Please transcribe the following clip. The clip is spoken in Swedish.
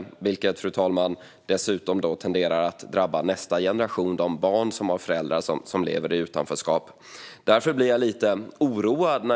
Detta tenderar att drabba nästa generation - de barn som har föräldrar som lever i utanförskap. Jag blir därför lite oroad.